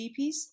GPs